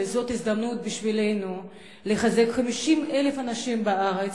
וזו הזדמנות לחזק 50,000 אנשים בארץ,